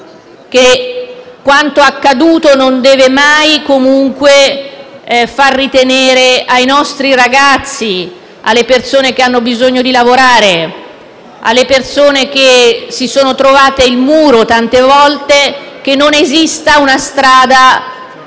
che quanto accaduto non deve mai comunque far ritenere ai nostri ragazzi, alle persone che hanno bisogno di lavorare e alle persone che si sono trovate tante volte davanti a un muro che non esista una strada